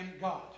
God